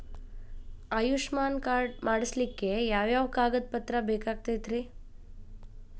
Ayushman card ಮಾಡ್ಸ್ಲಿಕ್ಕೆ ಯಾವ ಯಾವ ಕಾಗದ ಪತ್ರ ಬೇಕಾಗತೈತ್ರಿ?